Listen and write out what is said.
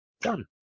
done